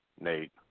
Nate